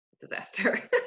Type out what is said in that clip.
disaster